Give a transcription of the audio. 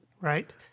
right